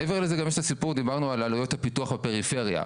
מעבר לזה, דיברנו על עלויות הפיתוח בפריפריה.